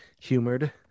humored